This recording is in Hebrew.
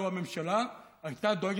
לו הממשלה הייתה דואגת,